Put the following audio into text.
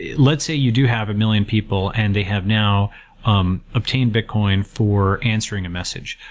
let's say you do have a million people and they have now um obtained bitcoin for answering a message.